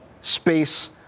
space